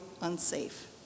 unsafe